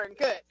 good